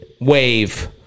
wave